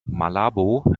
malabo